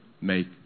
make